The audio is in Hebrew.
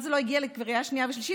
זה בכלל לא הגיע לקריאה שנייה ושלישית,